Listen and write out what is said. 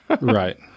right